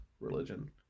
religion